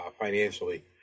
financially